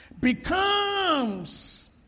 becomes